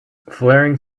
flaring